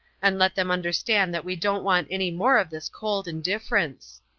and let them understand that we don't want any more of this cold indifference.